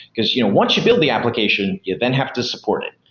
because you know once you build the application, you then have to support it,